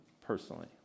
personally